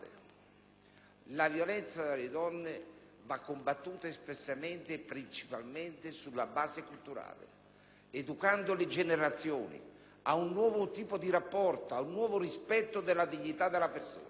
La violenza sulle donne va combattuta espressamente e principalmente sulla base culturale, educando le generazioni ad un nuovo tipo di rapporto, ad un nuovo rispetto della dignità della persona.